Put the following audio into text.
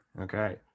Okay